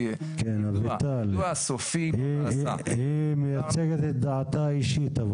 --- אביטל בגין מייצגת כאן את דעתה האישית.